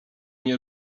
nie